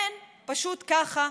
אין, פשוט ככה.